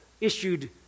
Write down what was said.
issued